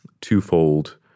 twofold